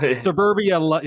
suburbia